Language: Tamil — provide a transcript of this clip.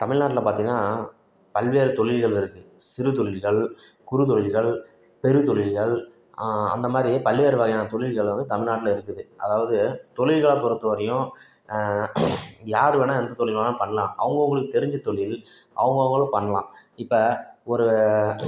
தமிழ்நாட்டில் பார்த்திங்கன்னா பல்வேறு தொழில்கள் இருக்குது சிறு தொழில்கள் குறுந்தொழில்கள் பெருந்தொழில்கள் அந்த மாதிரி பல்வேறு வகையான தொழில்கள் வந்து தமிழ்நாட்டில் இருக்குது அதாவது தொழில்களை பொறுத்த வரையும் யாரு வேணுணா எந்த தொழில் வேணுணா பண்ணலாம் அவங்கவுங்களுக்கு தெரிஞ்ச தொழில் அவங்கவுங்களும் பண்ணலாம் இப்போ ஒரு